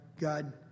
God